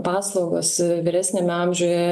paslaugos vyresniame amžiuje